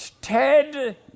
Ted